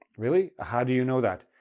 really? how do you know that?